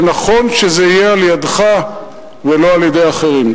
ונכון שזה יהיה על-ידך ולא על-ידי אחרים.